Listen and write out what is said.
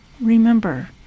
Remember